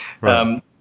Right